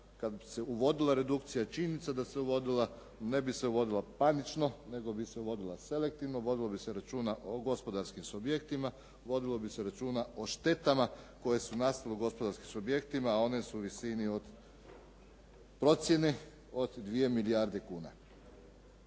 kad bi se uvodila redukcija, činjenica je da se uvodila ne bi se uvodila panično nego bi se uvodila selektivno, vodilo bi se računa o gospodarskim subjektima, vodilo bi se računa o štetama koje su nastale u gospodarskim subjektima a one su u visini, u procjeni od 2 milijarde kuna.